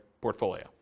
portfolio